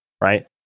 right